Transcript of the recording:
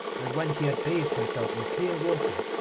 and when he had bathed himself in clear water,